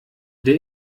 der